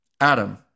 Adam